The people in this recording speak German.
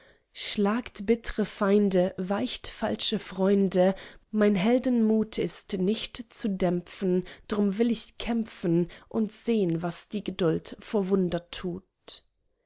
schlagt bittre feinde weicht falsche freunde mein heldenmut ist nicht zu dämpfen drum will ich kämpfen und sehn was die geduld vor wunder tut